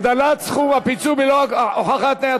הגדלת סכום הפיצוי בלא הוכחת נזק),